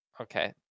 Okay